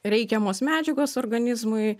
reikiamos medžiagos organizmui